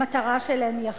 המטרה שלהם היא אחת: